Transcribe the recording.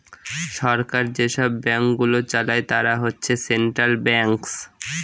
সরকার যেসব ব্যাঙ্কগুলো চালায় তারা হচ্ছে সেন্ট্রাল ব্যাঙ্কস